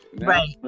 Right